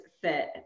fit